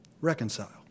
Reconcile